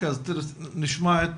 נשמע את